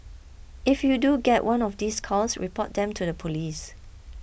if you do get one of these calls report them to the police